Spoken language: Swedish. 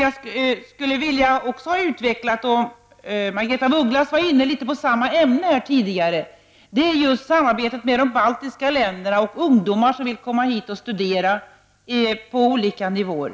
Jag skulle vilja utveckla ett ämne som Margaretha af Ugglas tidigare var inne på, nämligen samarbetet med de baltiska länderna, så att ungdomar därifrån kan komma hit och studera på olika nivåer.